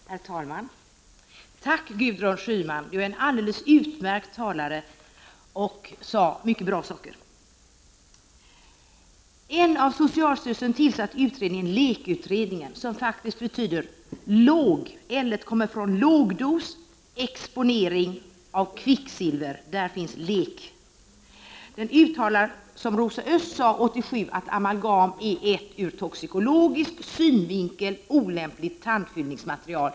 Herr talman! Tack, Gudrun Schyman, du är en alldeles utmärkt talare och du sade många bra saker! En av socialstyrelsen tillsatt utredning, LEK-utredningen — namnet står för lågdosexponering av kvicksilver — uttalade 1987, som Rosa Östh påpekade, att amalgam är ett ur toxikologisk synvinkel olämpligt tandfyllningsmaterial.